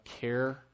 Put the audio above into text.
care